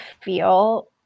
feel